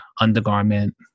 undergarment